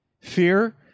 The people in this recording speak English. Fear